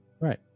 Right